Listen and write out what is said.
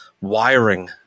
wiring